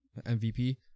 MVP